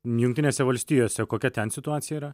jungtinėse valstijose kokia ten situacija yra